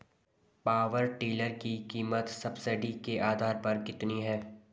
Power tiller की कीमत subsidy के आधार पर कितनी है?